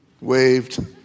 waved